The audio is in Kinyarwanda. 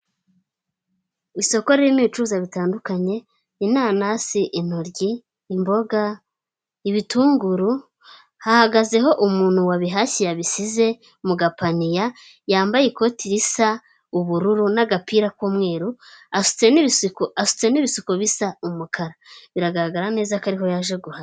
Isoko ririmo ibicuruza bitandukanye inanasi, intoryi, imboga, ibitunguru hahagazeho umuntu wabihashye yabisize mu gapaniya yambaye ikoti risa ubururu n'agapira k'umweru, asutse n'ibisuko bisa umukara biragaragara neza ko ariho yaje guhahira.